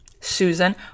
Susan